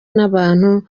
n’abantu